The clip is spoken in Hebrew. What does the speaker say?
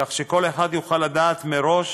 כך שכל אחד יוכל לדעת מראש